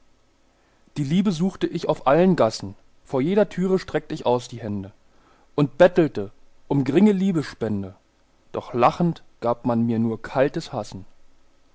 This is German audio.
die liebe suchte ich auf allen gassen vor jeder türe streckt ich aus die hände und bettelte um gringe liebesspende doch lachend gab man mir nur kaltes hassen